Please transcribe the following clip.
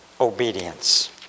Obedience